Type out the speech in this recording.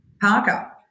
Parker